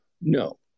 no